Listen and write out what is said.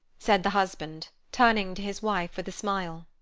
said the husband, turning to his wife with a smile,